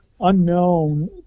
unknown